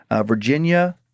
Virginia